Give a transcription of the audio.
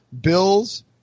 Bills